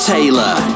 Taylor